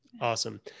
Awesome